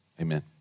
amen